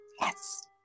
Yes